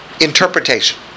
interpretation